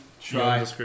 try